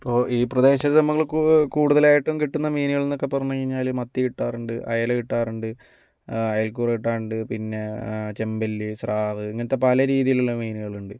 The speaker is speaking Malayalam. ഇപ്പോൾ ഈ പ്രദേശത്ത് നമ്മൾക്ക് കൂടുതലായിട്ടും കിട്ടുന്ന മീനുകളെന്നൊക്കെ പറഞ്ഞു കഴിഞ്ഞാൽ മത്തി കിട്ടാറുണ്ട് അയല കിട്ടാറുണ്ട് അയക്കൂറ കിട്ടാറുണ്ട് പിന്നെ ചെമ്പല്ലി സ്രാവ് ഇങ്ങനത്തെ പല രീതിയിലുള്ള മീനുകളുണ്ട്